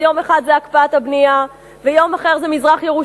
אז יום אחד זה הקפאת הבנייה ויום אחר זה מזרח-ירושלים.